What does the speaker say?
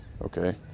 okay